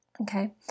okay